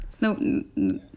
no